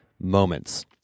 Moments